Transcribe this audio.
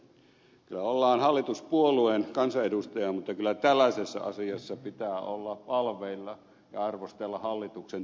kyllä ollaan hallituspuolueen kansanedustaja mutta kyllä tällaisessa asiassa pitää olla valveilla ja arvostella hallituksen